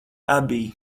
abbey